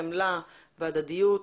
חמלה והדדיות.